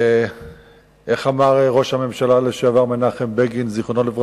איך אמר ראש הממשלה לשעבר מנחם בגין ז"ל?